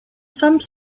some